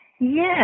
Yes